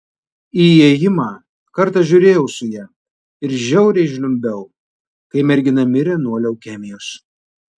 įėjimą kartą žiūrėjau su ja ir žiauriai žliumbiau kai mergina mirė nuo leukemijos